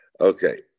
Okay